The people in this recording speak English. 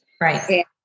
Right